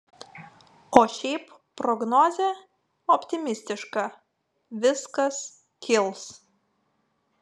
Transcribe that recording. o šiaip prognozė optimistiška viskas kils